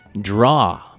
draw